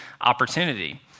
opportunity